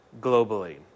globally